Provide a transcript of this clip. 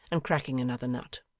and cracking another nut,